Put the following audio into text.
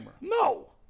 No